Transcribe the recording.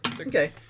Okay